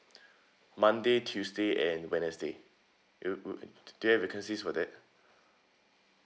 monday tuesday and wednesday do you have vacancies for that